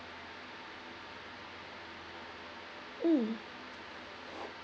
mm